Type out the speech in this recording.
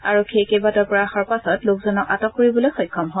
আৰক্ষীয়ে কেইবাটাও প্ৰয়াসৰ পাছত লোকজনক আটক কৰিবলৈ সক্ষম হয়